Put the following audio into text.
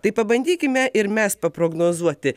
tai pabandykime ir mes paprognozuoti